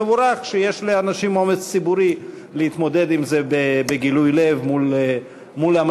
מבורך שיש לאנשים אומץ ציבורי להתמודד עם זה בגילוי לב מול המליאה.